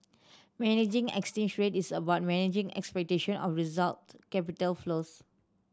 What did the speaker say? managing exchange rate is about managing expectation of result capital flows